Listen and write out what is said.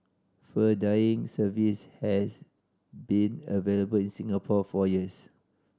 fur dyeing service has been available in Singapore for years